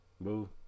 Boo